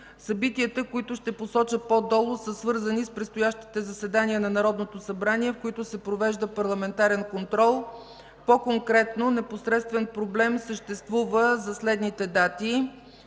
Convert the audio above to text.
Събитията, които ще посоча по-долу, са свързани с предстоящите заседания на Народното събрание, в които се провежда парламентарен контрол. По конкретно, непосредствен проблем съществува за следните дати: